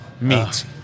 meat